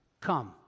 Come